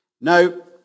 No